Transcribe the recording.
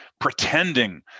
pretending